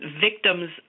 victims